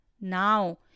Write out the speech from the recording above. Now